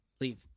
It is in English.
leave